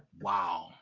Wow